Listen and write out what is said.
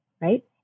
right